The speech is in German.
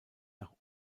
nach